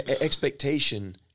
Expectation